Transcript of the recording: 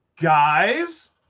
guys